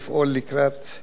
סוף השנה הנוכחית.